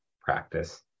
practice